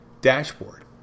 dashboard